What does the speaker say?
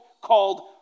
called